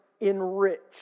enriched